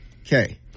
Okay